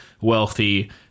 wealthy